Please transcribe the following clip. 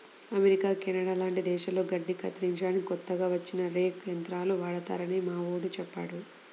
America, Canada లాంటి దేశాల్లో గడ్డి కత్తిరించడానికి కొత్తగా వచ్చిన రేక్ యంత్రాలు వాడతారని మావోడు చెప్పాడు